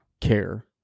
care